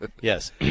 Yes